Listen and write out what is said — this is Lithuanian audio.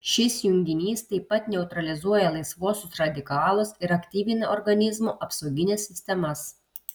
šis junginys taip pat neutralizuoja laisvuosius radikalus ir aktyvina organizmo apsaugines sistemas